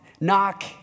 Knock